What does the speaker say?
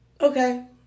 Okay